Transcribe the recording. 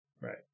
Right